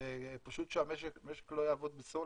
כדי שהמשק לא יעבוד בסולר.